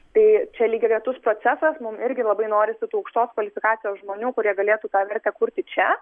tai čia lygiagretus procesas mum irgi labai norisi tų aukštos kvalifikacijos žmonių kurie galėtų tą vertę kurti čia